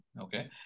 Okay